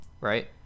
Right